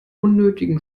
unnötigen